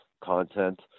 content